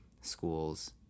schools